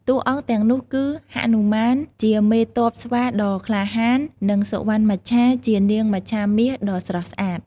តួអង្គទាំងនោះគឺ ហនុមាន ជាមេទ័ពស្វាដ៏ក្លាហាន និង សុវណ្ណមច្ឆា ជានាងមច្ឆាមាសដ៏ស្រស់ស្អាត។